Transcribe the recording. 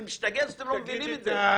אני משתגע שאתם לא מבינים את זה.